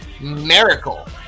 miracle